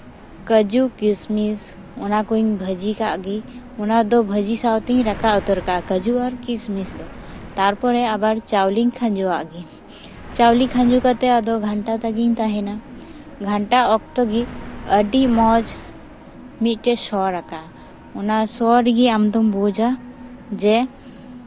ᱠᱟᱹᱡᱩ ᱠᱤᱥᱢᱤᱥ ᱚᱱᱟ ᱠᱚᱧ ᱵᱷᱟᱹᱡᱤ ᱠᱟᱫ ᱜᱮ ᱚᱱᱟ ᱫᱚ ᱵᱷᱟᱹᱡᱤ ᱥᱟᱶᱛᱤᱧ ᱨᱟᱠᱟᱵ ᱩᱛᱟᱹᱨ ᱠᱟᱜᱼᱟ ᱠᱟᱹᱡᱩ ᱟᱨ ᱠᱤᱥᱢᱤᱥ ᱫᱚ ᱛᱟᱨᱯᱚᱨ ᱟᱵᱟᱨ ᱪᱟᱣᱞᱮᱧ ᱠᱷᱟᱸᱡᱚ ᱟᱫ ᱜᱮ ᱪᱟᱣᱞᱮ ᱠᱷᱟᱸᱡᱚ ᱠᱟᱛᱮᱫ ᱟᱫᱚ ᱜᱷᱟᱱᱴᱟ ᱛᱮᱜᱤᱧ ᱛᱟᱦᱮᱸᱱᱟ ᱜᱷᱟᱱᱴᱟ ᱚᱠᱛᱚᱜᱮ ᱟᱹᱰᱤ ᱢᱚᱡᱽ ᱢᱤᱫᱴᱮᱱ ᱥᱚ ᱨᱟᱠᱟᱵᱼᱟ ᱚᱱᱟ ᱥᱚ ᱨᱮᱜᱮ ᱟᱢᱫᱚᱢ ᱵᱩᱡᱷᱼᱟ ᱡᱮ